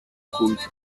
culta